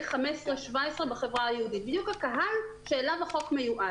17-15 בחברה היהודית בדיוק הקהל שאליו החוק מיועד.